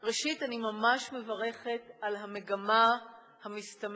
ראשית, אני ממש מברכת על המגמה המסתמנת,